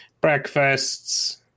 breakfasts